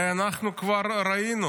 הרי אנחנו כבר ראינו